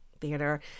theater